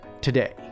today